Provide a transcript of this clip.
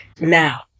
Now